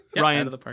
Ryan